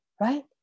right